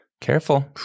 careful